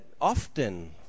often